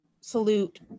salute